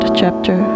chapter